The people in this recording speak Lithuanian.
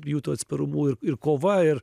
jų tuo atsparumu ir ir kova ir